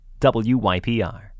WYPR